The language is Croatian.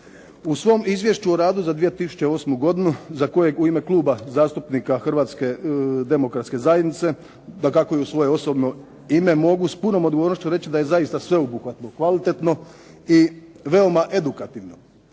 U svom Izvješću o radu za 2008. godinu za kojeg u ime Kluba zastupnika HDZ-a, dakako i u svoje osobno ime mogu s punom odgovornošću reći da je zaista sveobuhvatno, kvalitetno i veoma edukativno.